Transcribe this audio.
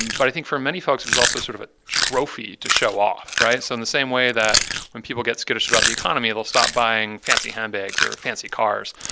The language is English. and but i think for many folks, it was also sort of a trophy to show off, right? so in the same way that when people get skittish about the economy, they'll stop buying fancy handbags or fancy cars,